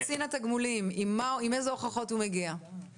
עם אילו הוכחות הוא מגיע אל קצין התגמולים?